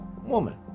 woman